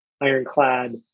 Ironclad